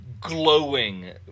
glowing